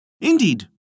Indeed